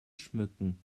schmücken